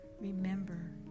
remember